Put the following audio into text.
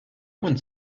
one